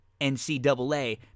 NCAA